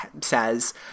says